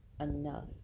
enough